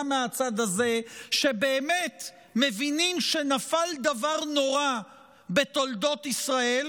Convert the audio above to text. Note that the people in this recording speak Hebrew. מהצד הזה שבאמת מבינים שנפל דבר נורא בתולדות ישראל,